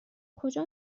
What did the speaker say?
کجا